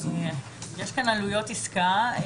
יש כאן עלויות עסקה,